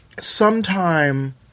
sometime